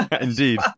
Indeed